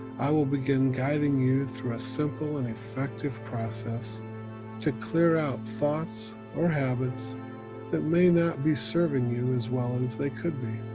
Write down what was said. i will begin guiding you through a simple and effective process to clear out thoughts or habits that may not be serving you as well as they could be.